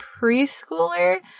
preschooler